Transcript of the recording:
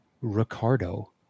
Ricardo